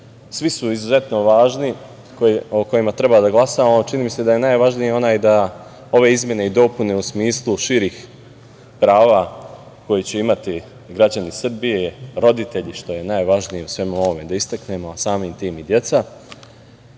svi su izuzetno važni, o kojima treba da glasamo, a čini mi se da je najvažniji onaj da ove izmene i dopune u smislu širih prava koje će imati građani Srbije, roditelji, što je najvažnije, u svemu ovome da istaknemo, a samim tim i deca,